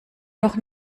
noch